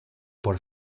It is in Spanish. por